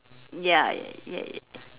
ya ya ya